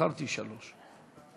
זכרתי שלוש.